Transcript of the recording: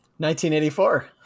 1984